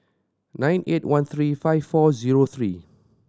nine eight one three five four zero three